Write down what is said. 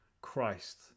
christ